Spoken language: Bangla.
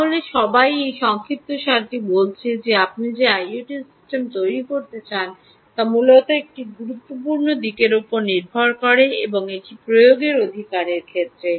তাহলে সবাই এই সংক্ষিপ্তসারটি বলছে যে আপনি যে আইওটি সিস্টেমটি তৈরি করতে চান তা মূলত একটি গুরুত্বপূর্ণ দিকের উপর নির্ভর করে এবং এটি প্রয়োগের অধিকারের ক্ষেত্রে